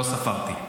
לא ספרתי.